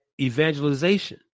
evangelization